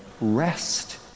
rest